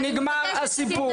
בזה נגמר הסיפור.